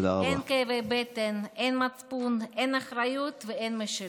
אין כאבי בטן, אין מצפון, אין אחריות ואין משילות.